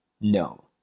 No